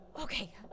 Okay